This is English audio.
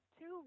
Two